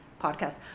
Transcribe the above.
podcast